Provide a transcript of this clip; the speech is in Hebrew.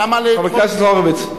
חבר הכנסת הורוביץ,